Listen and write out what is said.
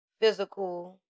physical